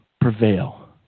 prevail